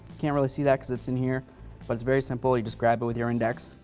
can't really see that because it's in here but it's very simple. you just grab it with your index,